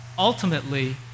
ultimately